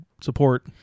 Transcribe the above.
support